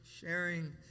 sharing